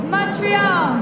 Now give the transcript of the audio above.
Montreal